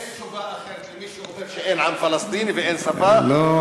אין תשובה אחרת למי שאומר שאין עם פלסטיני ואין שפה ואין,